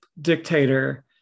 dictator